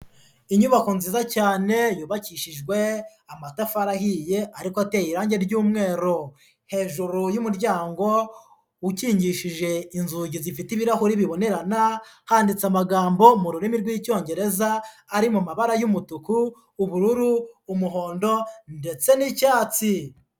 Inyubako nziza cyane yubakishijwe amatafari ahiye ariko ateye irangi ry'umweru, hejuru y'umuryango ukingishije inzugi zifite ibirahuri bibonerana, handitse amagambo mu rurimi rw'Icyongereza ari mu mabara y'umutuku, ubururu, umuhondo ndetse n'icyatsi.